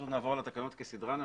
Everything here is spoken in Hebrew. נעבור על התקנות כסדרן,